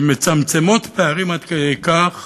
שמצמצמות פערים עד כדי כך